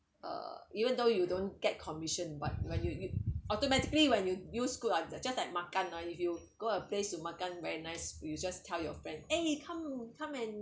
uh even though you don't get commission but when you you automatically when you you use good ah just like makan or if you go a place to makan very nice you just tell your friend ay come come and